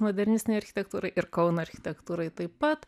modernistinei architektūrai ir kauno architektūrai taip pat